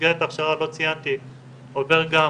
לא ציינתי שבמסגרת ההכשרה עוברת גם